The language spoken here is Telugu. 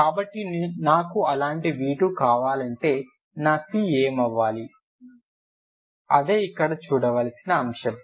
కాబట్టి నాకు అలాంటి v2 కావాలంటే నా c ఏమి అవ్వాలి అదే ఇక్కడ చూడలిసిన అంశం